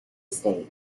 state